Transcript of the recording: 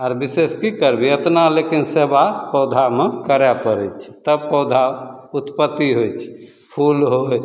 आर बिशेष की करबही एतना लेकिन सेवा पौधामे करै पड़ै छै तब पौधा उत्पत्ति होइ छै फूल होइ